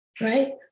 right